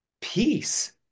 peace